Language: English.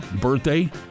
birthday